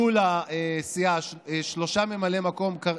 יהיו לסיעה ארבעה ממלאי מקום,